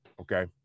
Okay